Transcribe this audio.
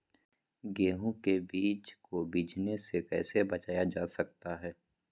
गेंहू के बीज को बिझने से कैसे बचाया जा सकता है?